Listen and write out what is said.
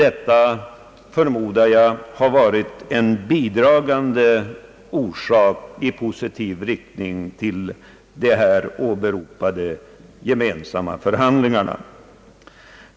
Jag förmodar att detta har varit en bidragande orsak i positiv riktning till de här åberopade gemensamma förhandlingarna.